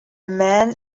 man